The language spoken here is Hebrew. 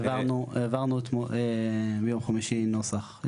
העברנו ביום חמישי נוסח.